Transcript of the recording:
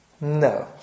No